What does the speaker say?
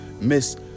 Miss